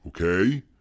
okay